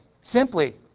Simply